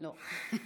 לא.